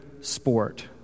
sport